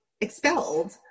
expelled